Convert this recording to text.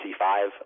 C5